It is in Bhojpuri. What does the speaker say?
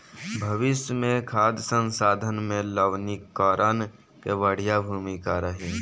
भविष्य मे खाद्य संसाधन में लवणीकरण के बढ़िया भूमिका रही